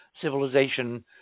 civilization